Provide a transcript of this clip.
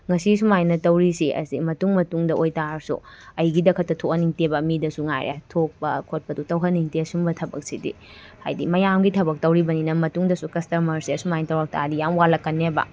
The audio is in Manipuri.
ꯉꯁꯤ ꯁꯨꯃꯥꯏꯅ ꯇꯧꯔꯤꯁꯤ ꯑꯁꯤ ꯃꯇꯨꯡ ꯃꯇꯨꯡꯗ ꯑꯣꯏꯕ ꯇꯥꯔꯥꯁꯨ ꯑꯩꯒꯤꯗ ꯈꯛꯇ ꯊꯣꯛꯍꯅꯤꯡꯗꯦꯕ ꯃꯤꯗꯁꯨ ꯉꯥꯏꯔꯦ ꯊꯣꯛꯄ ꯈꯣꯠꯄꯗꯨ ꯇꯧꯍꯟꯅꯤꯡꯗꯦ ꯁꯨꯝꯕ ꯊꯕꯛꯁꯤꯗꯤ ꯍꯥꯏꯕꯗꯤ ꯃꯌꯥꯝꯒꯤ ꯊꯕꯛ ꯇꯧꯔꯤꯕꯅꯤꯅ ꯃꯇꯨꯡꯗꯁꯨ ꯀꯁꯇꯃꯔꯁꯦ ꯑꯁꯨꯃꯥꯏꯅ ꯇꯧꯔꯛꯄ ꯇꯥꯔꯥꯗꯤ ꯌꯥꯝ ꯋꯥꯠꯂꯛꯀꯅꯦꯕ